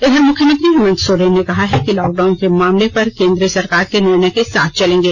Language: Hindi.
इधर मुख्यमंत्री हेमंत सोरेन ने कहा है कि लॉकडाउन के मामले पर केन्द्र सरकार के निर्णय के साथ चलेंगे